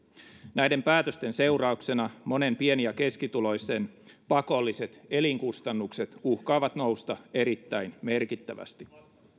näiden päätösten seurauksena monen pieni ja keskituloisen pakolliset elinkustannukset uhkaavat nousta erittäin merkittävästi